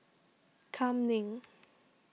Kam Ning